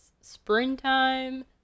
springtime